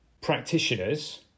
practitioners